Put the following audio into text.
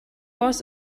was